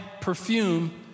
perfume